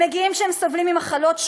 הם מגיעים כשהם סובלים ממחלות שונות,